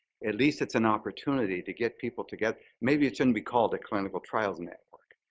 at least it's an opportunity to get people to get maybe it shouldn't be called a clinical trials network.